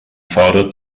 vorder